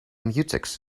mutex